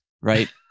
Right